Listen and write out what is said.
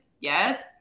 Yes